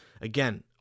Again